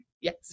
Yes